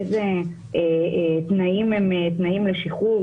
איזה תנאים הם תנאים לשחרור.